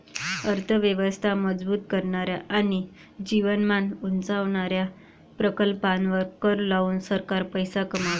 अर्थ व्यवस्था मजबूत करणाऱ्या आणि जीवनमान उंचावणाऱ्या प्रकल्पांवर कर लावून सरकार पैसे कमवते